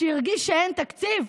שהרגיש שאין תקציב?